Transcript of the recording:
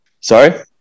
sorry